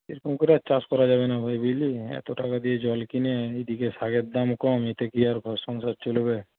এরকম করে আর চাষ করা যাবে না ভাই বুঝলি এতো টাকা দিয়ে জল কিনে এইদিকে শাকের দাম কম এতে কি আর ঘর সংসার চলবে